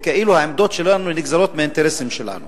וכאילו העמדות שלנו נגזרות מהאינטרסים שלנו.